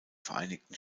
vereinigten